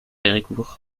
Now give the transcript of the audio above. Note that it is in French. héricourt